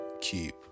keep